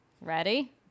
Ready